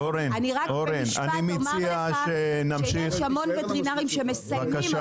אני רק במשפט אומר לך שיש המון וטרינרים שמסיימים,